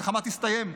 המלחמה תסתיים,